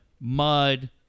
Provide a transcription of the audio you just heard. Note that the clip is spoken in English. Mud